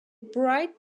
bright